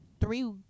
three